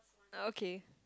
okay